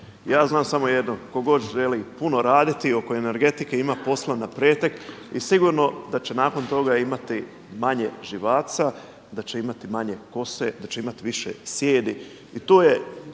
Ja znam samo jedno, tko god želi puno raditi, oko energetike ima posla na pretek i sigurno da će nakon toga imati manje živaca, da će imati manje kose, da će imati više sijedi.